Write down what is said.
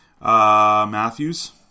Matthews